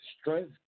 strength